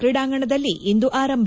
ಕ್ರೀಡಾಂಗಣದಲ್ಲಿಂದು ಆರಂಭ